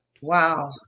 Wow